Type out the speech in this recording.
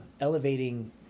elevating